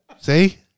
See